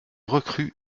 recrues